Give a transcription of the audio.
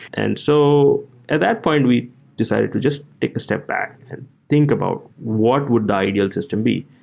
and so at that point we decided to just take the step back and think about what would the ideal system be.